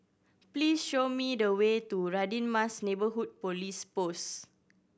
please show me the way to Radin Mas Neighbourhood Police Post